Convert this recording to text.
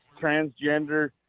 transgender